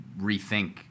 rethink –